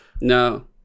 no